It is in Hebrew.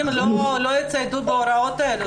אנשים לא יצייתו להוראות האלו.